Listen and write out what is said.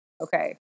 Okay